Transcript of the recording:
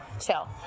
chill